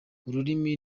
ururimi